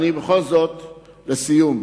בכל זאת לסיום.